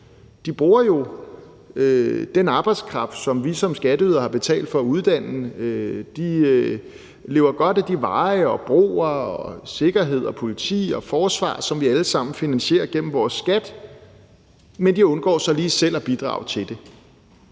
De bruger jo den arbejdskraft, som vi som skatteydere har betalt for at uddanne, de nyder godt af de veje og broer og sikkerhed og politi og forsvar, som vi alle sammen finansierer gennem vores skat, men de undgår så lige selv at bidrage til det.